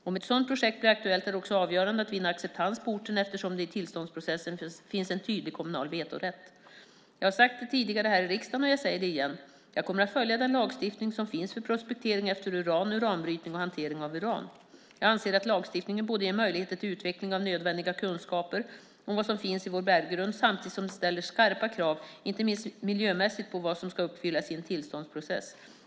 Om ett sådant projekt blir aktuellt är det också avgörande att vinna acceptans på orten eftersom det i tillståndsprocessen finns en tydlig kommunal vetorätt. Jag har sagt det tidigare här i riksdagen, och jag säger det igen: Jag kommer att följa den lagstiftning som finns för prospektering efter uran, uranbrytning och hantering av uran. Jag anser att lagstiftningen både ger möjligheter till utveckling av nödvändiga kunskaper om vad som finns i vår berggrund och ställer skarpa krav, inte minst miljömässigt, på vad som ska uppfyllas i en tillståndsprocess.